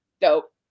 dope